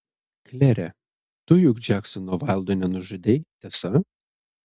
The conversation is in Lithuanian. klere tu juk džeksono vaildo nenužudei tiesa